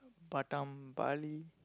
Batam Bali